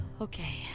Okay